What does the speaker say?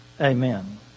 Amen